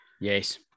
Yes